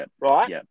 right